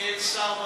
כי אין שר במליאה.